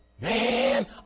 Man